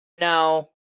no